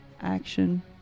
action